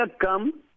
come